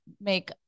make